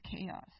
chaos